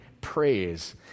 praise